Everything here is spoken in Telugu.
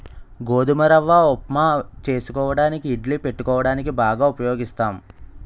గోధుమ రవ్వ ఉప్మా చేసుకోవడానికి ఇడ్లీ పెట్టుకోవడానికి బాగా ఉపయోగిస్తాం